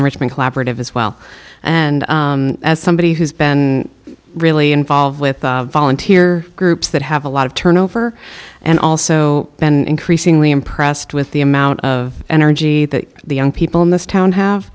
in richmond collaborative as well and as somebody who's been really involved with volunteer groups that have a lot of turnover and also been increasingly impressed with the amount of energy that the young people in this town have